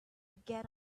get